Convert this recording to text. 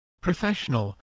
professional